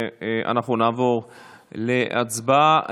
ואנחנו נעבור להצבעה.